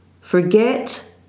Forget